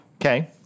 Okay